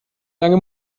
lange